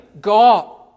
God